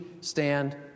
stand